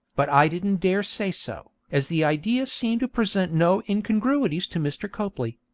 but i didn't dare say so, as the idea seemed to present no incongruities to mr. copley.